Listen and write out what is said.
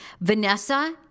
Vanessa